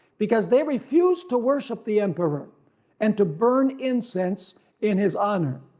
because they refused to worship the emperor and to burn incense in his honor.